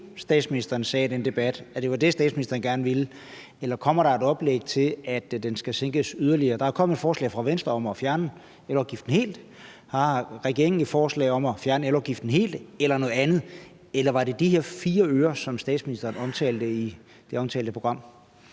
statsministeren sagde i den debat, altså at det var det, statsministeren gerne ville, eller kommer der et oplæg til, at den skal sænkes yderligere? Der er kommet et forslag fra Venstre om at fjerne elafgiften helt. Har regeringen også et forslag om at fjerne elafgiften helt eller noget andet, eller var det de her 4 øre, som statsministeren omtalte i det omtalte program?